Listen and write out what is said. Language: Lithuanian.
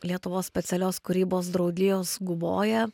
lietuvos specialios kūrybos draugijos guboja